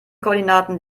koordinaten